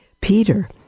Peter